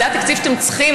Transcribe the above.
זה התקציב שאתם צריכים?